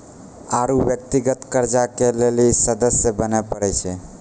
आरु व्यक्तिगत कर्जा के लेली सदस्य बने परै छै